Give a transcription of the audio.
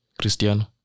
Cristiano